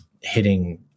hitting